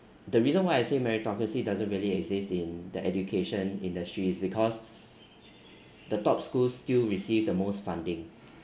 the reason why I say meritocracy doesn't really exist in the education industry is because the top schools still receive the most funding